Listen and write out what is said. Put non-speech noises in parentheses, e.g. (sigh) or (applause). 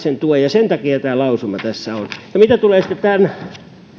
(unintelligible) sen tuen sen takia tämä lausuma tässä on mitä tulee sitten tähän